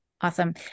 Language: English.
Awesome